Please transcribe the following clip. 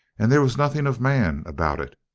and there was nothing of man about it.